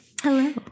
Hello